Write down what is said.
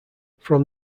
from